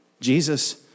Jesus